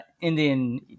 Indian